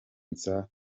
nziza